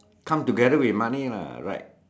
come together with money lah right